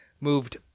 moved